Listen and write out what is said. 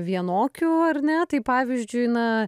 vienokių ar ne tai pavyzdžiui na